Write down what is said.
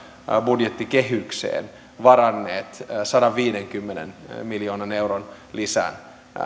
budjettikehykseen varanneet sadanviidenkymmenen miljoonan euron lisän